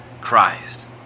Christ